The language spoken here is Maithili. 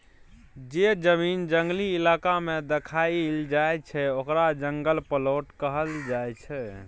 जे जमीन जंगली इलाका में देखाएल जाइ छइ ओकरा जंगल प्लॉट कहल जाइ छइ